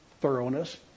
thoroughness